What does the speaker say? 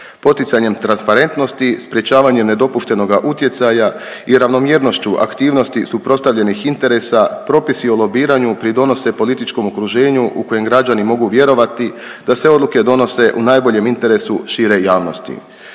Poticanjem transparentnosti, sprječavanje nedopuštenoga utjecaja i ravnomjernošću aktivnosti suprotstavljenih interesa, propisi o lobiranju pridonose političkom okruženju u kojem građani mogu vjerovati da se odluke odnose u najboljem interesu šire javnosti.